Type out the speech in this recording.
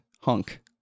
Hunk